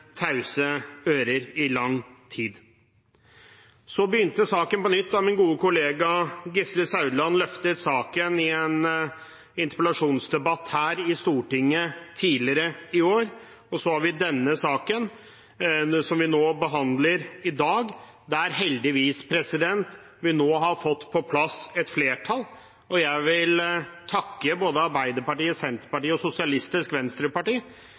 ører i lang tid. Saken begynte på nytt da min gode kollega Gisle Saudland løftet saken i en interpellasjonsdebatt her i Stortinget tidligere i år, og så har vi denne saken som vi behandler nå i dag, der vi nå heldigvis har fått på plass et flertall. Jeg vil takke både Arbeiderpartiet, Senterpartiet og